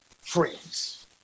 friends